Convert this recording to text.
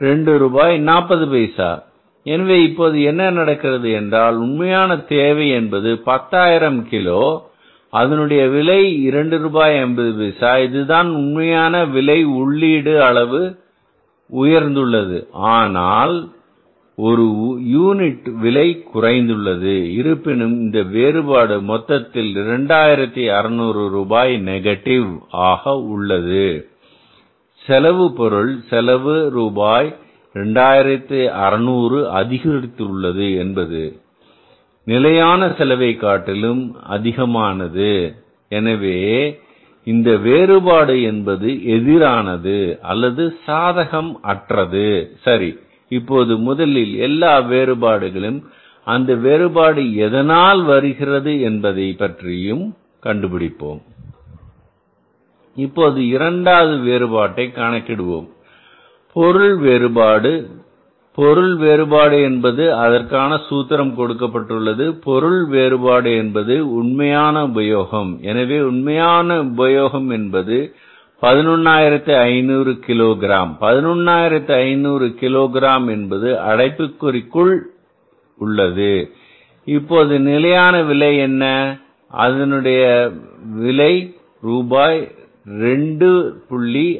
40 பைசா எனவே இப்போது என்ன நடக்கிறது என்றால் உண்மையான தேவை என்பது பத்தாயிரம் கிலோ அதனுடைய விலை இரண்டு ரூபாய் 50 பைசா இதுதான் உண்மை விலை உள்ளீட்டு அளவு உயர்ந்துள்ளது ஆனால் ஒரு யூனிட்டின் விலை குறைந்துள்ளது இருப்பினும் இந்த வேறுபாடு மொத்தத்திலே 2600 ரூபாய் நெகட்டிவ் ஆக உள்ளது செலவு பொருள் செலவு ரூபாய் 2600 அதிகரித்துள்ளது என்பது நிலையான செலவைக் காட்டிலும் அதிகமானது எனவே இந்த வேறுபாடு என்பது எதிரானது அல்லது சாதகம் அற்றது சரி இப்போது முதலில் எல்லா வேறுபாடுகளின் அந்த வேறுபாடு எதனால் வருகிறது என்பதை பற்றியும் கண்டுபிடிப்போம் இப்போது இரண்டாவதான வேறுபாட்டை கணக்கிடுவோம் பொருள் வேறுபாடு பொருள் வேறுபாடு என்பது அதற்கான சூத்திரம் கொடுக்கப்பட்டுள்ளது பொருள் வேறுபாடு என்பது உண்மையான உபயோகம் எனவே உண்மையான உபயோகம் என்பது 11500 கிலோ கிராம் 11500 கிலோ கிராம் என்பது அடைப்புக்குறிக்குள் உள்ளது இப்போது நிலையான விலை என்பது என்ன அது ரூபாய் 2